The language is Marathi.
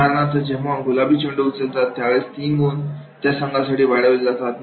उदाहरणार्थ जेव्हा गुलाबी चेंडू उचलत असतात त्यावेळेस तीन गुण त्या संघासाठी वाढवले जातात